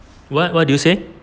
what what did you say